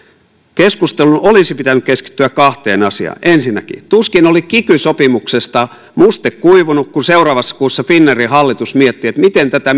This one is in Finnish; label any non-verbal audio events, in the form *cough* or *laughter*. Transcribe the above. keskustelun olisi pitänyt keskittyä kahteen asiaan ensinnäkin tuskin oli kiky sopimuksesta muste kuivunut kun seuraavassa kuussa finnairin hallitus mietti miten tätä *unintelligible*